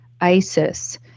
isis